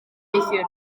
neithiwr